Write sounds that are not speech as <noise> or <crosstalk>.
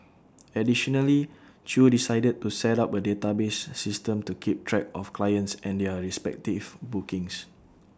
<noise> additionally chew decided to set up A database system to keep track of clients and their respective bookings